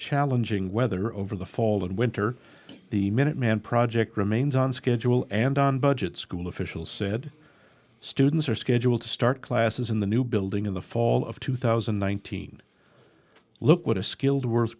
challenging weather over the fall and winter the minuteman project remains on schedule and on budget school officials said students are scheduled to start classes in the new building in the fall of two thousand and nineteen look what a skilled wor